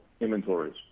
inventories